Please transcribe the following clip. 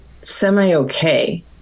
semi-okay